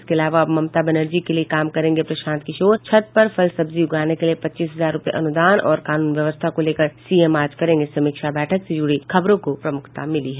इसके अलावा अब ममता बनर्जी के लिए काम करेंगे प्रशांत किशोर छत पर फल सब्जी उगाने के लिए पच्चीस हजार रूपये अनुदान और कानून व्यवस्था को लेकर सीएम आज करेंगे समीक्षा बैठक से जुड़ी खबरों को प्रमुखता मिली है